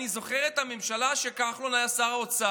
אני זוכר את הממשלה שכחלון היה בה שר האוצר,